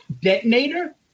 Detonator